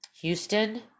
Houston